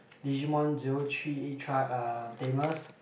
Digimon zero three eh tri um Tamers